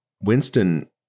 Winston